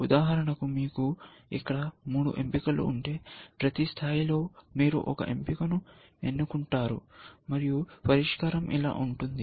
ఉదాహరణకు మీకు ఇక్కడ మూడు ఎంపికలు ఉంటే ప్రతి స్థాయిలో మీరు ఒక ఎంపికను ఎన్నుకుంటారు మరియు పరిష్కారం ఇలా ఉంటుంది